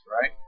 right